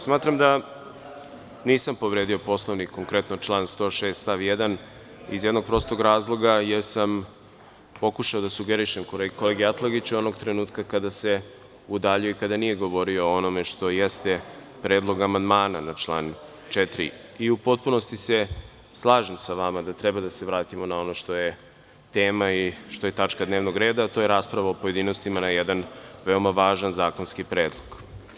Smatram da nisam povredio Poslovnik, konkretno član 106. stav 1. iz jednog prostog razloga, jer sam pokušao da sugerišem kolegi Atlagiću onog trenutka kada se udaljio i kada nije govorio o onome što jeste predlog amandmana na član 4. U potpunosti se slažem sa vama da treba da se vratimo na ono što je tema i što je tačka dnevnog reda, a to je rasprava u pojedinostima na jedan veoma važan zakonski predlog.